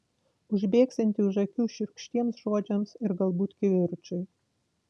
užbėgsianti už akių šiurkštiems žodžiams ir galbūt kivirčui